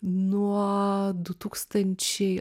nuo du tūkstančiai